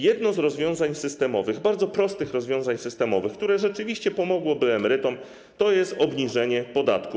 Jednym z rozwiązań systemowych, bardzo prostych rozwiązań systemowych, które rzeczywiście pomogłoby emerytom, jest obniżenie podatku.